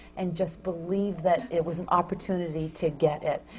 and just believe that it was an opportunity to get it.